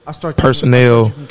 personnel